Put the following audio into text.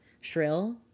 Shrill